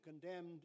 condemned